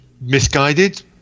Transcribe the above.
misguided